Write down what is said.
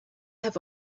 have